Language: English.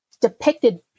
depicted